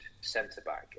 centre-back